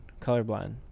colorblind